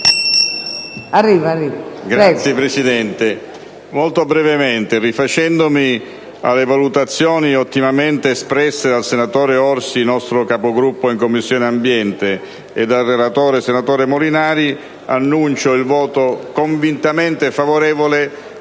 intervengo molto brevemente. Rifacendomi alle valutazioni ottimamente espresse dal senatore Orsi, nostro Capogruppo in Commissione ambiente, e dal relatore, senatore Molinari, annuncio il voto convintamente favorevole